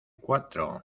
cuatro